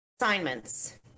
assignments